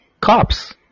Cops